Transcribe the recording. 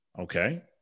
Okay